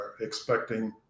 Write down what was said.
expecting